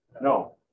No